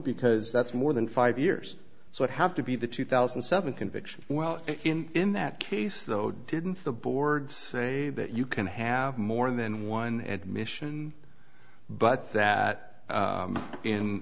because that's more than five years so it have to be the two thousand and seven conviction well in that case though didn't the boards say that you can have more than one admission but that